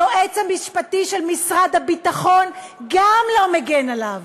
גם היועץ המשפטי של משרד הביטחון לא מגן עליו,